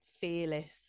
fearless